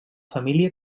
família